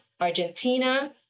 Argentina